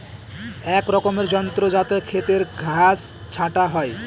এক রকমের যন্ত্র যাতে খেতের ঘাস ছাটা হয়